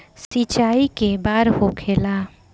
सिंचाई के बार होखेला?